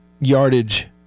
yardage